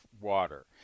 water